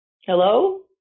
Hello